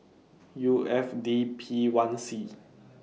U F D P one C